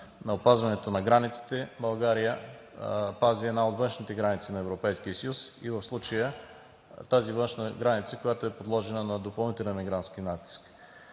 на опазването на границите България пази една от външните граници на Европейския съюз и в случая тази външна граница, която е подложена на допълнителен мигрантски натиск.